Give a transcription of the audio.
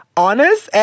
honest